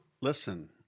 Listen